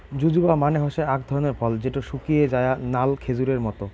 জুজুবা মানে হসে আক ধরণের ফল যেটো শুকিয়ে যায়া নাল খেজুরের মত